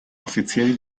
offiziell